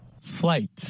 Flight